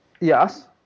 yes